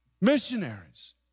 missionaries